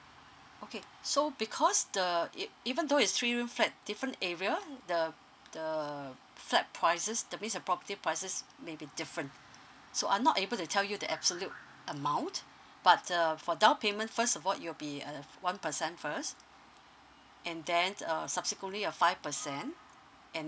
okay so because the uh even though is three room flat different area the uh the uh flat prices that mean property prices may be different so i am not able to tell you the absolute amount but err for down payment first of all uh it will be one percent first and then um subsequently a five percent and